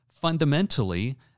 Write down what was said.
fundamentally